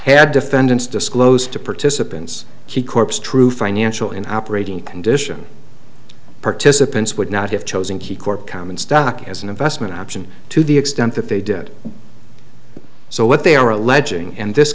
had defendants disclosed to participants key corp's true financial in operating condition participants would not have chosen key corp common stock as an investment option to the extent that they did so what they are alleging and this